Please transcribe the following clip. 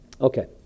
Okay